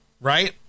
right